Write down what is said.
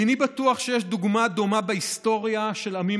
איני בטוח שיש דוגמה דומה בהיסטוריה של עמים